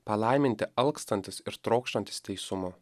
palaiminti alkstantys ir trokštantys teisumo